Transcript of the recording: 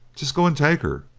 just go and take her.